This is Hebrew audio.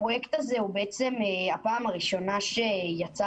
הפרויקט הזה הוא בעצם הפעם הראשונה שיצא